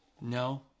No